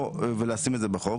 להסדיר את זה בחוק.